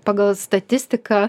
pagal statistiką